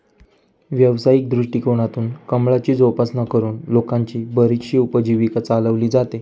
व्यावसायिक दृष्टिकोनातून कमळाची जोपासना करून लोकांची बरीचशी उपजीविका चालवली जाते